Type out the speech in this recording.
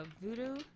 voodoo